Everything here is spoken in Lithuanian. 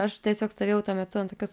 aš tiesiog stovėjau tuo metu ant tokios